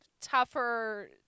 tougher